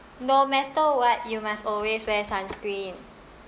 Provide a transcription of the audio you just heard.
no matter what you must always wear sunscreen